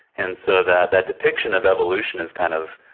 and so, that that depiction of evolution is, kind of,